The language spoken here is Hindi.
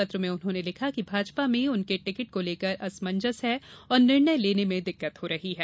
पत्र में उन्होंने लिखा कि भाजपा में उनके टिकट को लेकर असमंजस है और निर्णय लेने में दिक्कत हो रही है